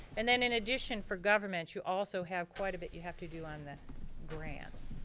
and then in addition for governments you also have quite a bit you have to do on the grants.